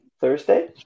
Thursday